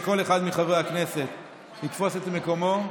מחברי הכנסת יתפוס את מקומו,